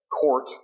Court